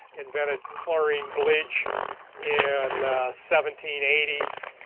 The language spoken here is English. invented chlorine bleach in seventeen eighty s.